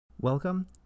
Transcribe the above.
Welcome